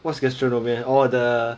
what's the gastronomia orh the